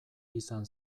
izan